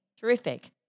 Terrific